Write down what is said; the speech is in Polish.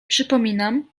przypominam